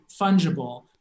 fungible